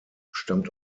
stammt